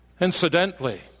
Incidentally